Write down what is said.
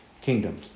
kingdom